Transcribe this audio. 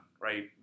right